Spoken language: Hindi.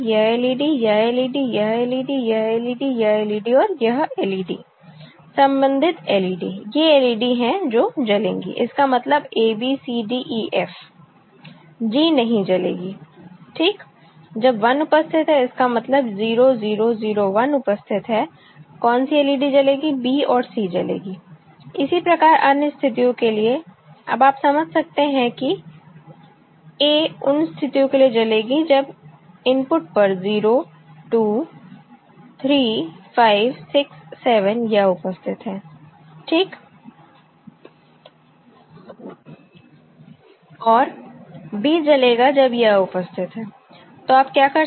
यह LED यह LED यह LED यह LED यह LED और यह LED संबंधित LED ये LED हैं जो जलेंगी इसका मतलब a b c d e f g नहीं जलेगी ठीक जब 1 उपस्थित है इसका मतलब 0 0 0 1 उपस्थित है कौन सी LED जलेगी b और c जलेगी इसी प्रकार अन्य स्थितियों के लिए अब आप समझ सकते हैं कि a उन स्थितियों के लिए जलेगी जब इनपुट पर 0 2 3 5 6 7 यह उपस्थित हैं ठीक और b जलेगा जब यह उपस्थित है तो आप क्या कर सकते हैं